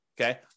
okay